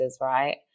right